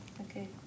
Okay